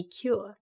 cure